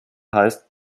heißt